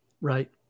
right